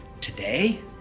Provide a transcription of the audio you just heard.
today